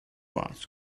ask